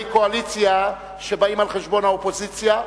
קואליציה שבאים על חשבון האופוזיציה,